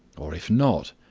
or if not,